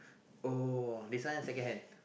oh this one second hand